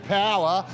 power